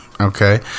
Okay